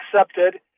accepted